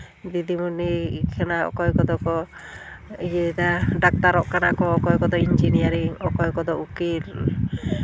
ᱫᱤᱫᱤᱢᱚᱱᱤᱜ ᱠᱟᱱᱟ ᱚᱠᱚᱭ ᱠᱚᱫᱚ ᱠᱚ ᱤᱭᱟᱹᱭᱫᱟ ᱰᱟᱠᱛᱟᱨᱚᱜ ᱠᱟᱱᱟ ᱠᱚ ᱚᱠᱚᱭ ᱠᱚᱫᱚ ᱤᱧᱡᱤᱱᱤᱭᱟᱨᱤᱝ ᱚᱠᱚᱭ ᱠᱚᱫᱚ ᱩᱠᱤᱞ